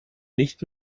nicht